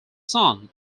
son